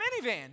minivan